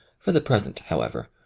for the present, however,